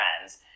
friends